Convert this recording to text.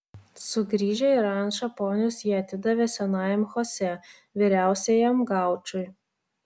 sugrįžę į rančą ponius jie atidavė senajam chosė vyriausiajam gaučui